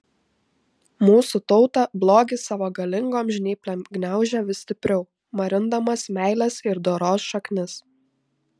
mūsų tautą blogis savo galingom žnyplėm gniaužia vis stipriau marindamas meilės ir doros šaknis